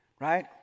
right